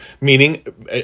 meaning